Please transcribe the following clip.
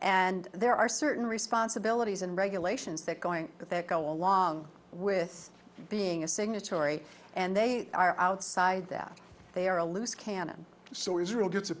and there are certain responsibilities and regulations that going to go along with being a signatory and they are outside that they are a loose cannon so israel gets a